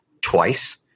twice